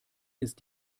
ist